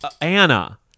Anna